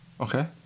Okay